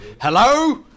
Hello